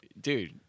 dude